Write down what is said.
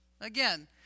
again